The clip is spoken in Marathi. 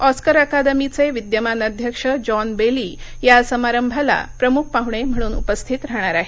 ऑस्कर अकादमीचे विद्यमान अध्यक्ष जॉन बेली या समारंभाला प्रमुख पाहणे म्हणून उपस्थित राहणार आहेत